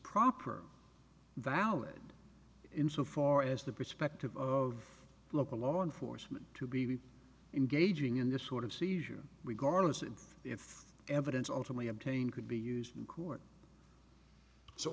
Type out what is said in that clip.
proper valid in so far as the perspective of local law enforcement to be engaging in this sort of seizure regardless of if evidence ultimately obtained could be used in court so